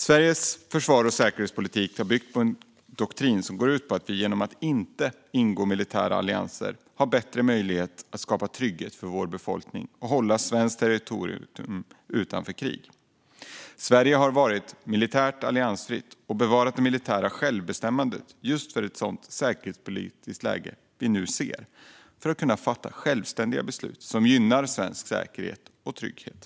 Sveriges försvars och säkerhetspolitik har byggt på en doktrin som går ut på att vi genom att inte ingå i militära allianser har bättre möjlighet att skapa trygghet för vår befolkning och hålla svenskt territorium utanför krig. Sverige har varit militärt alliansfritt och bevarat det militära självbestämmandet just för att i ett sådant säkerhetspolitiskt läge vi nu ser kunna fatta självständiga beslut som gynnar svensk säkerhet och trygghet.